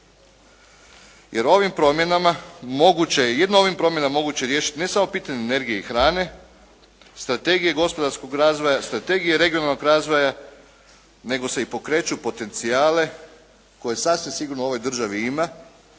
i novim promjenama moguće je riješiti ne samo pitanje energije i hrane, strategije gospodarskog razvoja, strategije regionalnog razvoja nego se i pokreću potencijale kojih sasvim sigurno u ovoj državi ima.